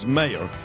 mayor